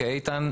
כאיתן,